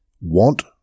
want